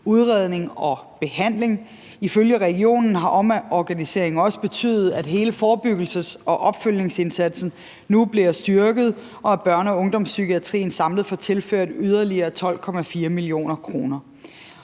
udredning og behandling. Ifølge regionen har omorganiseringen også betydet, at hele forebyggelses- og opfølgningsindsatsen nu bliver styrket, og at børne- og ungdomspsykiatrien samlet får tilført yderligere 12,4 mio. kr.